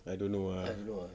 I don't know ah